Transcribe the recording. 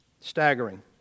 Staggering